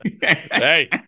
Hey